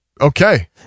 okay